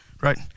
Right